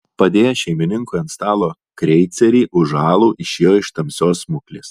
padėjęs šeimininkui ant stalo kreicerį už alų išėjo iš tamsios smuklės